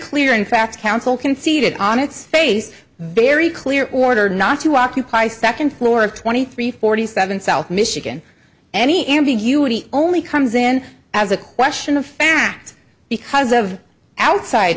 clear in fact counsel conceded on its face very clear order not to occupy second floor of twenty three forty seven south michigan any ambiguity only comes in as a question of fact because of outside